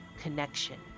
connection